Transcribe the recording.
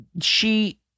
she-